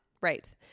Right